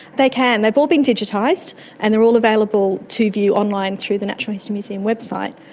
they can, they have all been digitised and they're all available to view online through the natural history museum website.